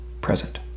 present